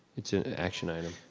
it's an action item.